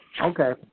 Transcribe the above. Okay